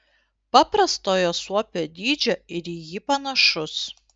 paprastojo suopio dydžio ir į jį panašus